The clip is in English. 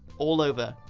all over.